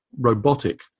robotic